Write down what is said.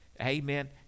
amen